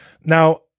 Now